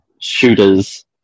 shooters